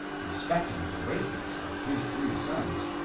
respecting the races of his three sons,